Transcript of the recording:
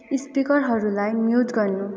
स्पिकरहरूलाई mute गर्नु